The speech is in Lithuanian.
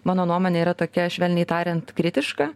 mano nuomonė yra tokia švelniai tariant kritiška